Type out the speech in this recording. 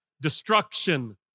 destruction